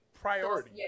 priority